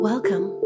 Welcome